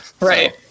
Right